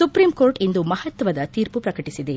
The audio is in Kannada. ಸುಪ್ರೀಂಕೋರ್ಟ್ ಇಂದು ಮಹತ್ತದ ತೀರ್ಮ ಪ್ರಕಟಿಸಿದೆ